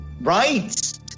right